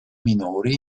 minori